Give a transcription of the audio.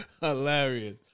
Hilarious